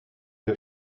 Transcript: der